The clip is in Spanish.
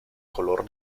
color